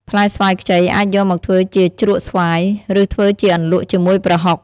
ផ្លែស្វាយខ្ចីអាចយកមកធ្វើជាជ្រក់ស្វាយ ឬធ្វើជាអន្លក់ជាមួយប្រហុក។